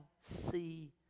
see